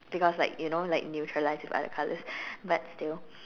because like you know like neutralised with other colours but still